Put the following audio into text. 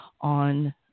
On